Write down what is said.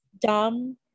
dumb